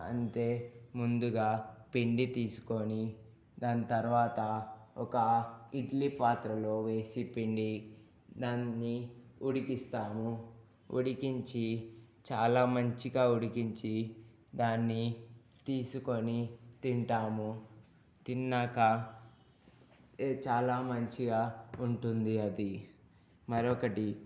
అంటే ముందుగా పిండి తీసుకొని దాని తర్వాత ఒక ఇడ్లీ పాత్రలో వేసి పిండి దాన్ని ఉడికిస్తాము ఉడికించి చాలా మంచిగా ఉడికించి దాన్ని తీసుకొని తింటాము తిన్నాక చాలా మంచిగా ఉంటుంది అది మరొకటి